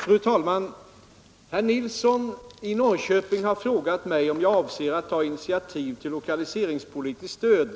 Fru talman! Herr Nilsson i Norrköping har frågat mig om jag avser att ta initiativ till lokaliseringspolitiskt stöd